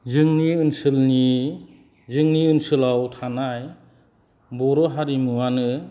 जोंनि ओनसोलनि जोंनि ओनसोलाव थानाय बर' हारिमुवानो